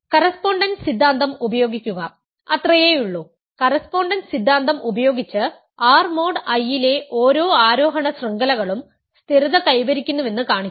correspondence സിദ്ധാന്തം ഉപയോഗിക്കുക അത്രയേയുള്ളൂ കറസ്പോണ്ടൻസ് സിദ്ധാന്തം ഉപയോഗിച്ച് R മോഡ് I ലെ ഓരോ ആരോഹണ ശൃംഖലകളും സ്ഥിരത കൈവരിക്കുന്നുവെന്ന് കാണിക്കുക